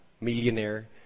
millionaire